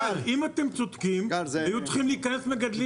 גל, אם אתם צודקים היו צריכים להיכנס מגדלים